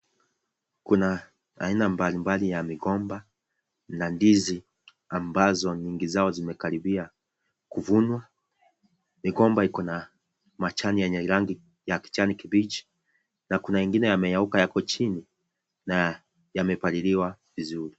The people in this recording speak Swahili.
Kuna aina mbali mbali ya migomba, na ndizi ambazo nyingi zao zimekaribia kuvunwa. Migomba iko na majani yenye rangi ya kijani kibichi, na kuna ingine yameanguka yako chini, na yamepaririwa vizuri.